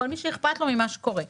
כל מי שאכפת לו ממה שקורה.